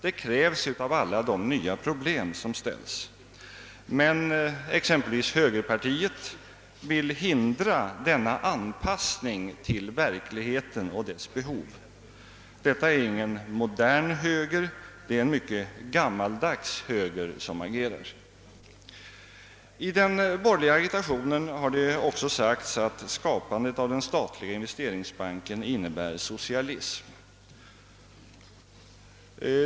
Detta kräver alla de nya problem som ställs. Men exempelvis högerpartiet vill hindra denna anpassning till verkligheten och dess behov. Detta är ingen modern högerpolitik. Det är en mycket gammaldags sådan som agerar. I den borgerliga agitationen har det sagts att skapandet av den statliga investeringsbanken innebär socialism.